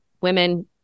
women